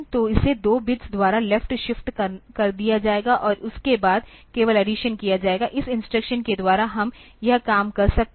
तो इसे 2 बिट्स द्वारा लेफ्ट शिफ्ट कर दिया जाएगा और उसके बाद केवल अड्डीसन किया जाएगा एक इंस्ट्रक्शन के द्वारा हम यह काम कर सकते हैं